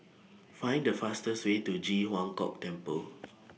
Find The fastest Way to Ji Huang Kok Temple